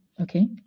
Okay